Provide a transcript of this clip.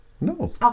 No